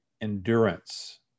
endurance